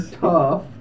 tough